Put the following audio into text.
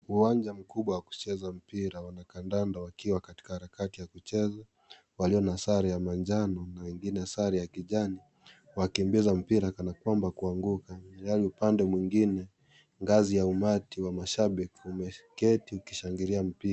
Uwanja mkubwa wa kucheza mpira, wanakandanda wakiwa katika harakati ya kucheza, walio na sare ya manjano na wengine sare ya kijani wanakimbiza mpira kana kwamba kuanguka ilhali upande mwingine ngazi ya umati wa mashabiki umeketi ukishabikia mpira.